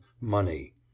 money